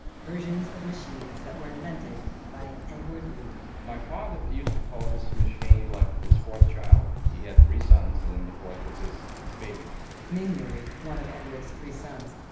versions of machines that were invented by edward louie my father used to call his machine like this fourth child. he had three sons and then the fourth was his his baby ming louie, one of edward's three sons,